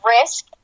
risk